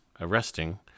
arresting